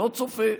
לא צופה.